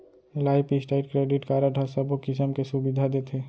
life style credit card ह सबो किसम के सुबिधा देथे